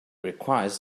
requires